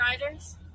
Riders